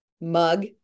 mug